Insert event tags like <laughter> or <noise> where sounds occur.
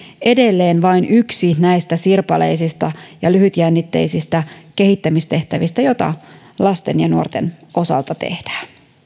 edelleen vain yksi näistä sirpaleisista <unintelligible> ja lyhytjännitteisistä kehittämistehtävistä joita lasten ja nuorten osalta tehdään